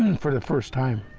and for the first time